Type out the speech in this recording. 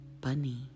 bunny